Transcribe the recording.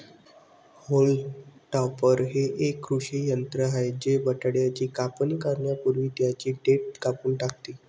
haulm topper हे एक कृषी यंत्र आहे जे बटाट्याची कापणी करण्यापूर्वी त्यांची देठ कापून टाकते